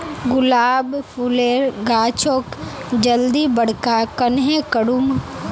गुलाब फूलेर गाछोक जल्दी बड़का कन्हे करूम?